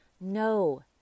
no